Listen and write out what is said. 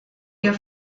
ihr